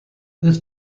this